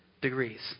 degrees